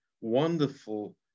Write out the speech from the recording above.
wonderful